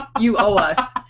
you owe us!